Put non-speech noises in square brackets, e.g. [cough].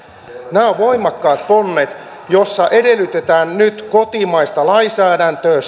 nämä ovat voimakkaat ponnet joissa edellytetään nyt kotimaista lainsäädäntöä [unintelligible]